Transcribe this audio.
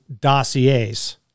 dossiers